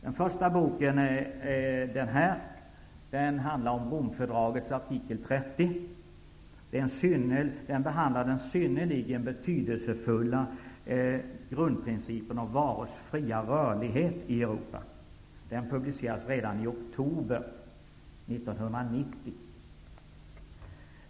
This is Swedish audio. Den första boken handlar om Romfördragets artikel 30 och behandlar den synnerligen betydelsefulla grundprincipen om varors fria rörlighet i Europa. Boken publicerades redan i oktober 1990.